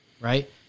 right